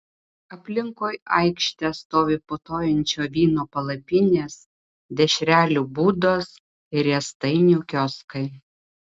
aplinkui aikštę stovi putojančio vyno palapinės dešrelių būdos ir riestainių kioskai